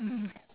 mm